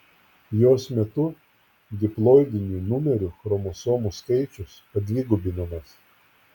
jos metu diploidinių numerių chromosomų skaičius padvigubinamas